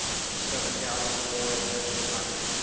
there are seven gallons of oil in every tire.